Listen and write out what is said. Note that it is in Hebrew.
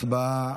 הצבעה.